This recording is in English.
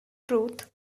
truth